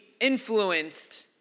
influenced